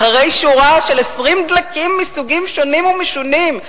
אחרי שורה של 20 דלקים מסוגים שונים ומשונים,